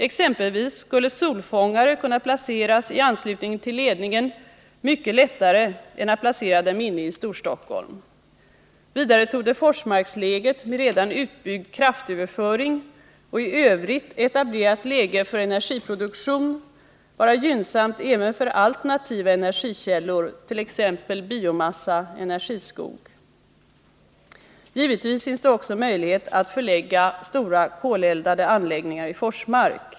Exempelvis skulle det vara mycket lättare att placera solfångare i anslutning till ledningen än att placera dem inne i Storstockholm. Vidare torde Forsmarksläget med redan utbyggd kraftöverföring och i övrigt etablerat läge för energiproduktion vara gynnsamt även för alternativa energikällor, t.ex. biomassa, energiskog. Givetvis finns det också möjlighet att förlägga stora koleldade anläggningar i Forsmark.